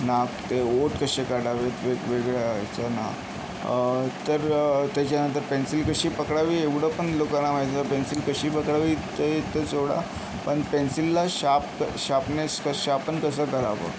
नाक ते ओठ कसे काढावेत वेगवेगळ्या ह्याचं नाक तर त्याच्यानंतर पेन्सिल कशी पकडावी एवढं पण लोकांना माही पेन्सिल कशी पकडावी ते तर सोडा पण पेन्सिलला शार्प क शार्पनेस श शार्पन कसं करावं